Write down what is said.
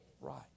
right